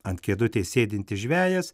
ant kėdutės sėdintis žvejas